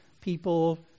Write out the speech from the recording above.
people